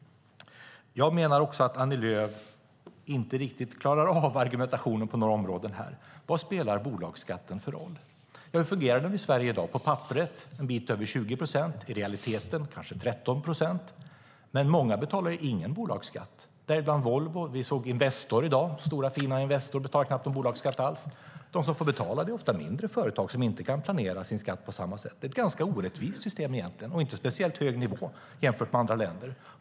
Jag menar att Annie Lööf inte riktigt klarar av argumentationen på några områden här. Vad spelar bolagsskatten för roll? Hur fungerar den i Sverige? Ja, på papperet är det en bit över 20 procent, i realiteten kanske 13 procent. Men många betalar ingen bolagsskatt, däribland Volvo. Vi såg i tidningen i dag att Investor, stora fina Investor, knappt betalar någon bolagsskatt alls. De som får betala är ofta mindre företag som inte kan planera sin skatt på samma sätt. Det är ett ganska orättvist system egentligen. Det är inte en speciellt hög nivå jämfört med andra länder.